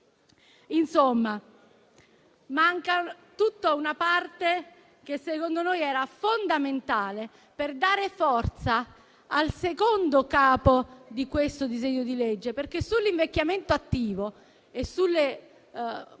Insomma, manca tutta una parte che - secondo noi - era fondamentale per dare forza al secondo Capo di questo disegno di legge, perché sull'invecchiamento attivo e sulle